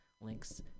links